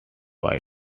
wide